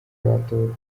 batowe